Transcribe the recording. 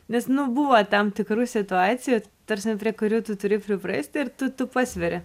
nes nu buvo tam tikrų situacijų ta prasme prie kurių tu turi priprasti ir tu pasveri